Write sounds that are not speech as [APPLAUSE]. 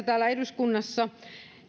[UNINTELLIGIBLE] täällä eduskunnassa